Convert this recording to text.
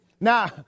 Now